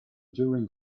during